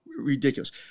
ridiculous